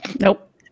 Nope